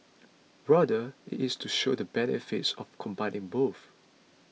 rather it is to show the benefits of combining both